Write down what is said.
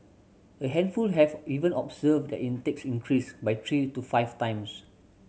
a handful have even observed their intakes increase by three to five times